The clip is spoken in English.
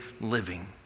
living